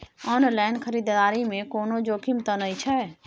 Online खरीददारी में कोनो जोखिम त नय छै?